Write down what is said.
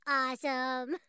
awesome